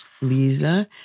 Lisa